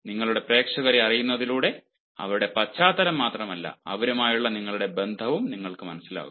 നിങ്ങളുടെ പ്രേക്ഷകരെ അറിയുന്നതിലൂടെ അവരുടെ പശ്ചാത്തലം മാത്രമല്ല അവരുമായുള്ള നിങ്ങളുടെ ബന്ധവും നിങ്ങൾക്ക് മനസ്സിലാകും